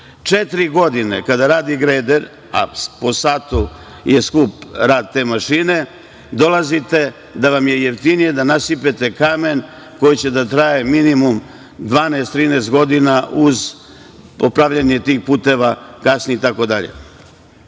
godine kada radi greder, a po satu je skup rad te mašine, dolazite da vam je jeftinije da naspete kamen koji će da traje minimum 12, 13 godina uz popravljanje tih puteva kasnije itd. Šta